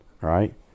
Right